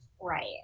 right